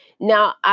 Now